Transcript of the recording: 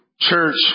church